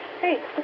Hey